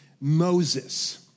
Moses